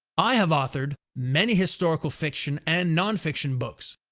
i have authored many historical fiction and non-fiction books,